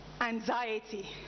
anxiety